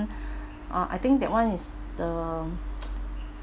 uh I think that one is the